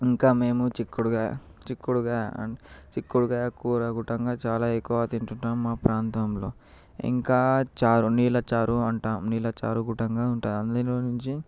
ఇంకా మేము చిక్కుడుకాయ చిక్కుడుకాయ చిక్కుడుకాయ కూర కూడంగా చాలా ఎక్కువగా తింటుంటాం మా ప్రాంతంలో ఇంకా చారు నీళ్ల చారు అంటాము నీళ్ల చారు కూడా ఉంటుంది అందులో నుంచి